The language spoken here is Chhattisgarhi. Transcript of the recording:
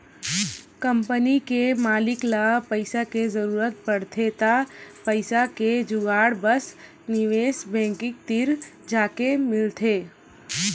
कंपनी के मालिक ल पइसा के जरूरत परथे त पइसा के जुगाड़ बर निवेस बेंकिग तीर जाके मिलथे